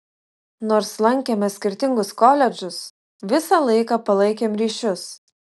nors lankėme skirtingus koledžus visą laiką palaikėm ryšius